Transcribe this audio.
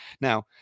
now